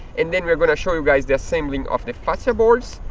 and then we're gonna show you guys the assembling of the fascia boards.